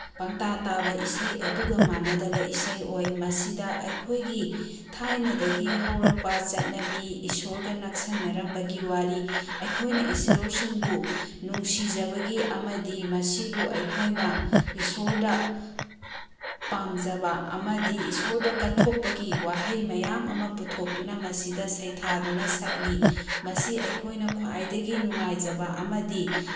ꯄꯪꯇꯥ ꯇꯥꯕ ꯏꯁꯩ ꯑꯗꯨꯒ ꯃꯥꯟꯅꯗꯕ ꯏꯁꯩ ꯑꯣꯏ ꯃꯁꯤꯗ ꯑꯩꯈꯣꯏꯒꯤ ꯊꯥꯏꯅꯗꯒꯤ ꯍꯧꯔꯛꯄ ꯆꯠꯅꯕꯤ ꯏꯁꯣꯔꯒ ꯅꯛꯁꯤꯟꯅꯔꯝꯕꯒꯤ ꯋꯥꯔꯤ ꯑꯩꯈꯣꯏꯅ ꯏꯁꯣꯔꯁꯤꯡꯕꯨ ꯅꯨꯡꯁꯤꯖꯕꯒꯤ ꯑꯃꯗꯤ ꯃꯁꯤꯕꯨ ꯑꯩꯈꯣꯏꯅ ꯏꯁꯣꯔꯗ ꯄꯥꯝꯖꯕ ꯑꯃꯗꯤ ꯏꯁꯣꯔꯗ ꯆꯠꯊꯣꯛꯄꯒꯤ ꯋꯥꯍꯩ ꯃꯌꯥꯝ ꯑꯃ ꯄꯨꯊꯣꯛꯇꯨꯅ ꯃꯁꯤꯗ ꯁꯩꯊꯥꯗꯨꯅ ꯁꯛꯂꯤ ꯃꯁꯤ ꯑꯩꯈꯣꯏꯅ ꯈ꯭ꯋꯥꯏꯗꯒꯤ ꯅꯨꯡꯉꯥꯏꯖꯕ ꯑꯃꯗꯤ